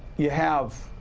you have,